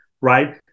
Right